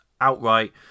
outright